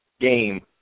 game